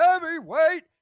heavyweight